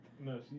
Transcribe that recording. No